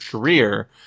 career